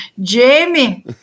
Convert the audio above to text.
Jamie